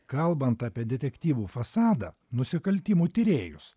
kalbant apie detektyvų fasadą nusikaltimų tyrėjus